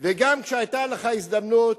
וגם כשהיתה לך הזדמנות,